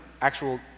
actual